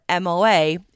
MOA